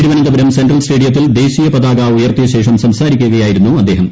Thiruvananthapuram central സ്റ്റേഡിയത്തിൽ ദേശീയപതാക ഉയർത്തിയശേഷം സംസാരിക്കുകയായിരുന്നു അദ്ദേഹം